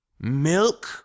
Milk